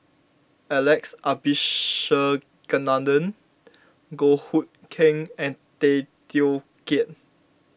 Alex Abisheganaden Goh Hood Keng and Tay Teow Kiat